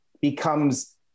becomes